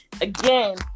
Again